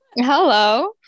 hello